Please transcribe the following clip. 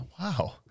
wow